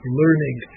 learning